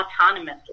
autonomously